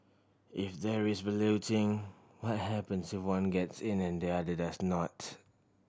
if there is balloting what happens if one gets in and the other does not